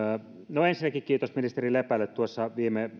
no ensinnäkin kiitos ministeri lepälle tuossa